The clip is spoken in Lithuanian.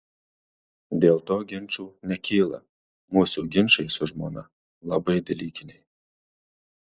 dėl to ginčų nekyla mūsų ginčai su žmona labai dalykiniai